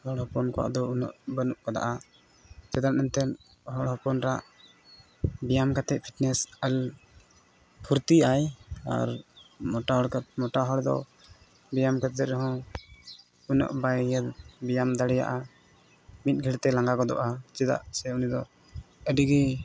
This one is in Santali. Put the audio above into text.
ᱦᱚᱲ ᱦᱚᱯᱚᱱ ᱠᱚᱣᱟᱜ ᱫᱚ ᱩᱱᱟᱹᱜ ᱵᱟᱹᱱᱩᱜ ᱠᱟᱫᱟ ᱪᱮᱫᱟᱜ ᱮᱱᱛᱮᱫ ᱦᱚᱲ ᱦᱚᱯᱚᱱᱟᱜ ᱵᱮᱭᱟᱢ ᱠᱟᱛᱮᱫ ᱯᱷᱤᱴᱱᱮᱹᱥ ᱟᱞ ᱯᱷᱩᱨᱛᱤᱭᱟᱭ ᱟᱨ ᱢᱚᱴᱟ ᱦᱚᱲ ᱠᱟᱛᱮᱫ ᱢᱚᱴᱟ ᱦᱚᱲ ᱫᱚ ᱵᱮᱭᱟᱢ ᱠᱟᱛᱮᱫ ᱨᱮ ᱦᱚᱸ ᱩᱱᱟᱹᱜ ᱵᱟᱭ ᱤᱭᱟᱹ ᱵᱮᱭᱟᱢ ᱫᱟᱲᱮᱭᱟᱜᱼᱟ ᱢᱤᱫ ᱜᱷᱟᱹᱲᱤᱡᱛᱮᱭ ᱞᱟᱸᱜᱟ ᱜᱚᱫᱚᱜᱼᱟᱭ ᱪᱮᱫᱟᱜ ᱥᱮ ᱩᱱᱤ ᱫᱚ ᱟᱹᱰᱤ ᱜᱮ